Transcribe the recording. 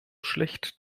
schlecht